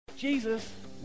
Jesus